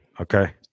Okay